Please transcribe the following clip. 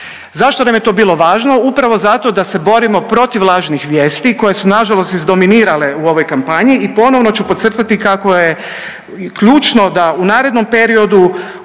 Zašto nam je to bilo važno? Upravo zato da se borimo protiv lažnih vijesti koje su nažalost izdominirale u ovoj kampanji i ponovno ću podcrtati kako je ključno da u narednom periodu